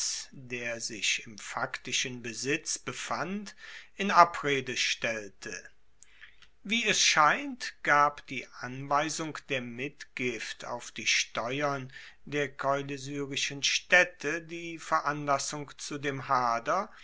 der sich im faktischen besitz befand in abrede stellte wie es scheint gab die anweisung der mitgift auf die steuern der koilesyrischen staedte die veranlassung zu dem hader